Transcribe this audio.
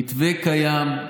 המתווה קיים,